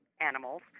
animals